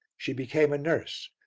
she became a nurse,